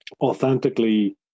authentically